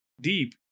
deep